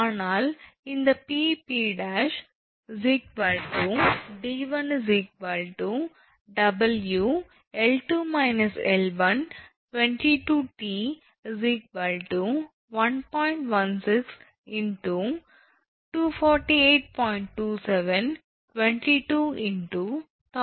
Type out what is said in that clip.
ஆனால் இந்த 𝑃𝑃′ 𝑑1 𝑊 𝐿2 − 𝑥1 22𝑇 1